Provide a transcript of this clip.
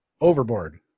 Overboard